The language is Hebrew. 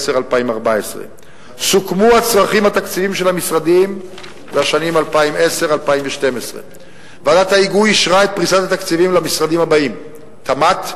2014. סוכמו הצרכים התקציביים של המשרדים לשנים 2010 2012. ועדת ההיגוי אישרה את פריסת התקציבים למשרדים הבאים: תמ"ת,